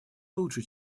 лучше